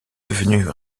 devenue